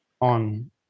on